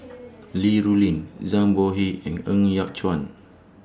Li Rulin Zhang Bohe and Ng Yat Chuan